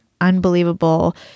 unbelievable